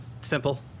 simple